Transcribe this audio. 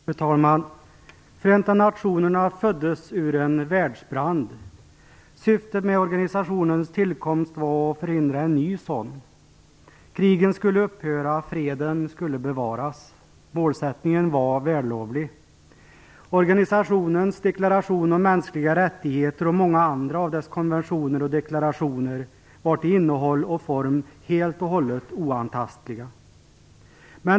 Fru talman! Förenta nationerna föddes ur en världsbrand. Syftet med organisationens tillkomst var att förhindra en ny sådan. Krigen skulle upphöra och freden skulle bevaras. Målsättningen var vällovlig. Organisationens deklaration om mänskliga rättigheter och många andra av dess konventioner och deklarationer var till innehåll och form helt och hållet oantastliga.